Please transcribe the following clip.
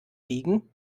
wiegen